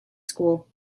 school